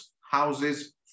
houses